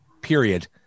period